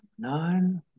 Nine